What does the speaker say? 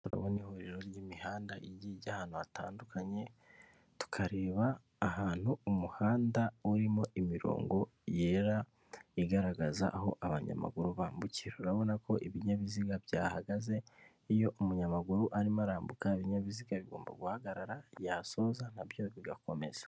Ndabona ihuriro ry'imihanda igiye ijya ahantu hatandukanye, tukareba ahantu umuhanda urimo imirongo yera igaragaza aho abanyamaguru bambukira. Urabona ko ibinyabiziga byahagaze, iyo umunyamaguru arimo arambuka ibinyabiziga bigomba guhagarara, yasoza na byo bigakomeza.